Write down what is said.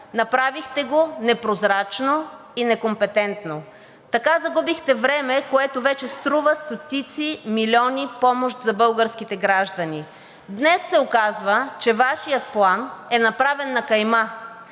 направихте го непрозрачно и некомпетентно. Така загубихте време, което вече струва стотици милиони помощ за българските граждани. Днес се оказва, че Вашият план е направен „на кайма“,